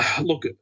Look